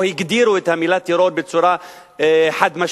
הגדירו את המלה טרור בצורה חד-משמעית.